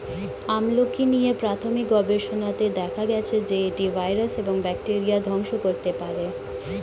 আমলকী নিয়ে প্রাথমিক গবেষণাতে দেখা গেছে যে, এটি ভাইরাস ও ব্যাকটেরিয়া ধ্বংস করতে পারে